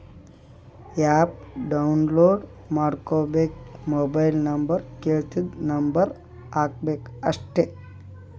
app download ಮಾಡ್ಕೋಬೇಕ್ mobile number ಕೆಳ್ತುದ್ number ಹಾಕಬೇಕ ಅಷ್ಟೇ